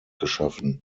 geschaffen